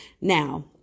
Now